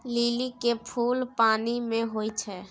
लिली के फुल पानि मे होई छै